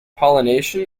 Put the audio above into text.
pollination